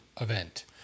event